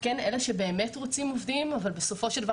אלה שבאמת רוצים עובדים אבל בסופו של דבר